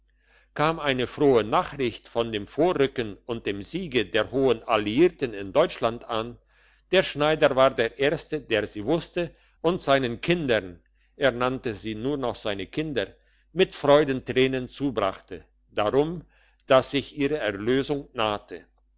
kam eine frohe nachricht von dem vorrücken und dem siege der hohen alliierten in deutschland an der schneider war der erste der sie wusste und seinen kindern er nannte sie nur noch seine kinder mit freudentränen zubrachte darum dass sich ihre erlösung nahte